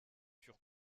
furent